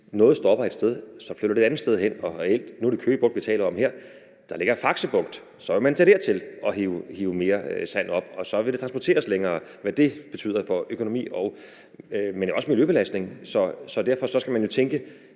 noget stopper et sted, flytter det et andet sted hen. Nu er det Køge Bugt, vi taler om her. Der ligger også Faxe Bugt; så vil man tage dertil og hive mere sand op, og så vil det skulle transporteres længere med alt, hvad det betyder for økonomi og miljøbelastning. Derfor skal man jo tænke